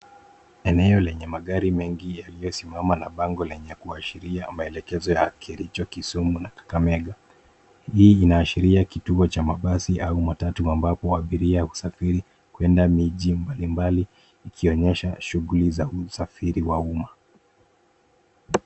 Eneo lenye magari mengi yaliyosimama na bango lenye kuashiria maelekezo ya Kilicho, Kisumu na Kakamega. Hii inaashiria kituo cha mabasi au matatu ambapo abiria husafiri kwenda miji mbalimbali ikionyesha shughuli za usafiri wa umma.